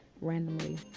Randomly